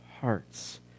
hearts